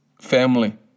family